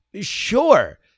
Sure